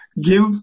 give